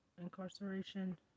incarceration